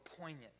poignant